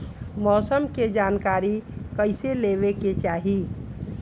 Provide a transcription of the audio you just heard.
मौसम के जानकारी कईसे लेवे के चाही?